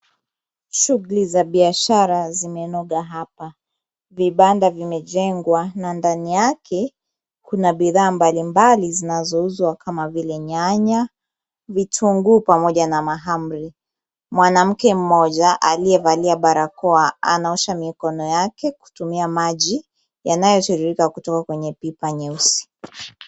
Shughuli za biashara zimenoga hapa. Vibanda vimejengwa na ndani yake kuna bidhaa mbalimbali zinazouzwa kama vile nyanya, vitunguu pamoja na mahamri. Mwanamke mmoja aliyevalia barakoa anaosha mikono yake, kutumia maji yanayotiririka kutoka kwenye pipa nyeusi.